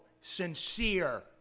sincere